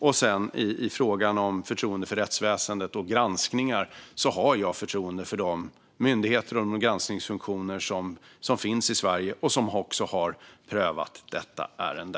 När det gäller förtroendet för rättsväsendet och granskningar har jag förtroende för de myndigheter och de granskningsfunktioner som finns i Sverige och som också har prövat detta ärende.